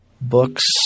books –